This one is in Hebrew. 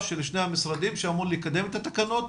של שני המשרדים שאמור לקדם את התקנות?